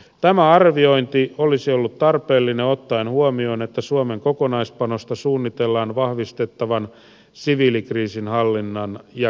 tämä arviointi olisi ollut tarpeellinen ottaen huomioon että suomen kokonaispanosta suunnitellaan vahvistettavan siviilikriisinhallinnan ja kehitysyhteistyön osalta